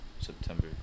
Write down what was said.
september